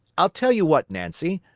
i'll tell you what, nancy.